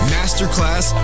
Masterclass